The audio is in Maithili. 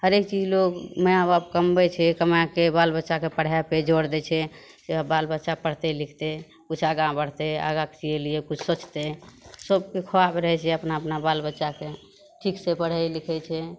हरेक चीज लोग माय बाप कमबै छै कमाके बाल बच्चाके पढ़ै पे जोड़ दै छै जे बाल बच्चा पढ़तै लिखतै कुछ आगाँ बढ़तै आगाँ के चीज लिए कुछ सोचतै सभके खुआब रहै छै अपना अपना बाल बच्चाके ठीक से पढ़ै लिखै छै